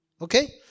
Okay